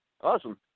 Awesome